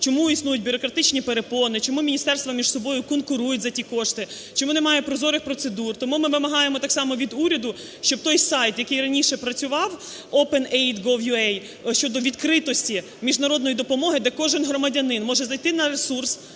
чому існують бюрократичні перепони, чому міністерства між собою конкурують за ті кошти, чому немає прозорих процедур? Тому ми вимагаємо так само від уряду, щоб той сайт, який раніше працював, openaid.gov.ua щодо відкритості міжнародної допомоги, де кожен громадянин може зайти на ресурс